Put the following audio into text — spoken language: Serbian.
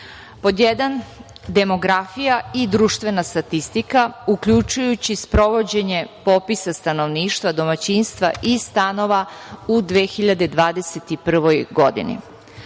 Pod jedan, demografija i društvena statistika, uključujući sprovođenje popisa stanovništva, domaćinstava i stanova u 2021. godini.